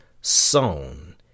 sown